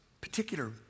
particular